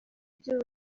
ibyo